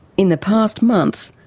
in the past month,